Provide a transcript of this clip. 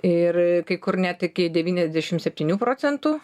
ir kai kur net iki devyniasdešimt septynių procentų